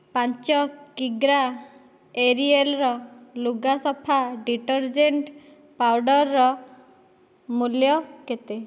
ପାଞ୍ଚ କିଗ୍ରା ଏରିଏଲ୍ର ଲୁଗାସଫା ଡିଟରଜେଣ୍ଟ୍ ପାଉଡ଼ର୍ର ମୂଲ୍ୟ କେତେ